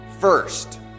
first